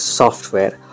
software